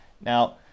now